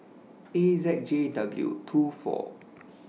A Z J W two four